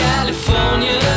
California